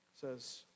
Says